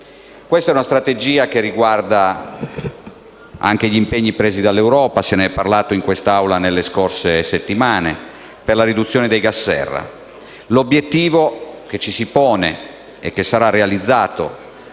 Questa strategia riguarda anche gli impegni presi dall'Europa - se ne è parlato in quest'Aula nelle scorse settimane - per la riduzione dei gas serra. L'obiettivo che ci si pone e che sarà realizzato